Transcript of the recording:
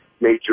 major